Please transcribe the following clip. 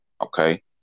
Okay